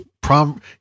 prom